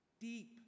deep